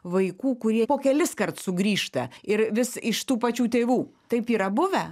vaikų kurie po keliskart sugrįžta ir vis iš tų pačių tėvų taip yra buvę